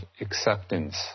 acceptance